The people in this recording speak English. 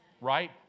right